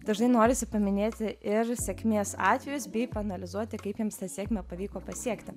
dažnai norisi paminėti ir sėkmės atvejus bei paanalizuoti kaip jiems tą sėkmę pavyko pasiekti